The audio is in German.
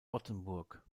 rottenburg